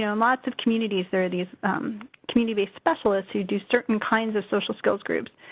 ah and lots of communities. there are these community-based specialists who do certain kinds of social skills groups.